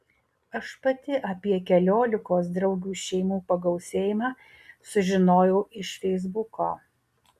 aš pati apie keliolikos draugių šeimų pagausėjimą sužinojau iš feisbuko